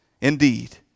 indeed